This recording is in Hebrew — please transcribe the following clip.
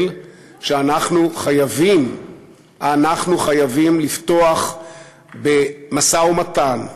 את המסר שאנחנו חייבים לפתוח במשא-ומתן,